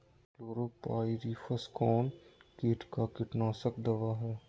Chlorpyrifos कौन किट का कीटनाशक दवा है?